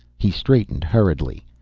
he straightened hurriedly.